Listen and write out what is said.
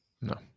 no